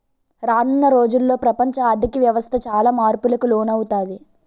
రానున్న రోజుల్లో ప్రపంచ ఆర్ధిక వ్యవస్థ చాలా మార్పులకు లోనవుతాది